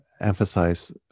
emphasize